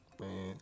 man